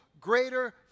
greater